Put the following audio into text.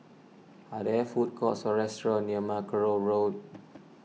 are there food courts or restaurants near Mackerrow Road